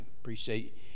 appreciate